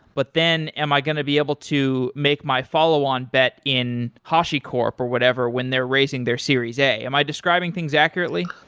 but then am i going to be able to make my follow on bet in hashicorp or whatever when they're raising their series a? am i describing things accurately?